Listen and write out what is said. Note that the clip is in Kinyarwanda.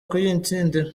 kuyitsindira